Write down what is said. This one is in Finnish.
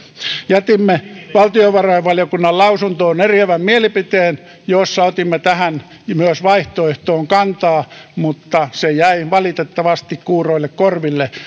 jätimme valtiovarainvaliokunnan lausuntoon eriävän mielipiteen jossa otimme myös tähän vaihtoehtoon kantaa mutta se jäi valitettavasti kuuroille korville